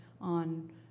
on